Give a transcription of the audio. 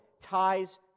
ties